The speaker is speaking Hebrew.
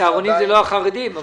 הצהרונים זה לא החרדים.